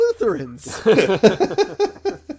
Lutherans